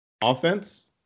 offense